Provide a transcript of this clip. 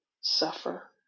suffer